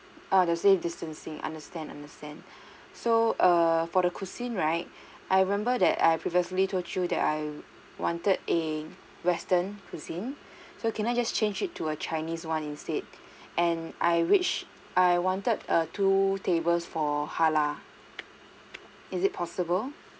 ah the safe distancing understand understand so err for the cuisine right I remember that I previously told you that I wanted a western cuisine so can I just change it to a chinese one instead and I wish I wanted err two tables for halal is it possible